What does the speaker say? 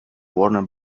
warner